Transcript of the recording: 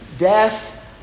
Death